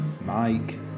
Mike